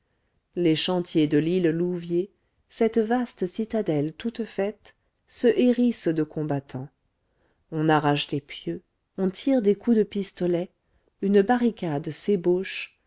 les chantiers de l'île louviers cette vaste citadelle toute faite se hérissent de combattants on arrache des pieux on tire des coups de pistolet une barricade s'ébauche